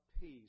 peace